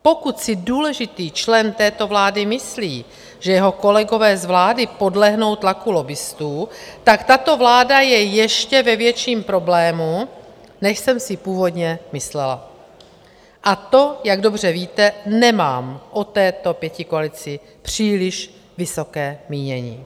Pokud si důležitý člen této vlády myslí, že jeho kolegové z vlády podlehnou tlaku lobbistů, tak tato vláda je v ještě větším problému, než jsem si původně myslela, a to, jak dobře víte, nemám o této pětikoalici příliš vysoké mínění.